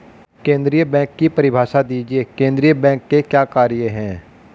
केंद्रीय बैंक की परिभाषा दीजिए केंद्रीय बैंक के क्या कार्य हैं?